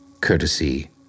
courtesy